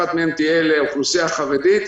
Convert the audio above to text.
אחת מהן תהיה לאוכלוסייה חרדית.